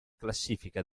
classifica